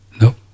nope